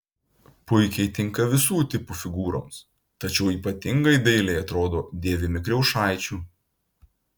puikiai tinka visų tipų figūroms tačiau ypatingai dailiai atrodo dėvimi kriaušaičių